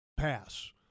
pass